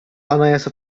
anayasa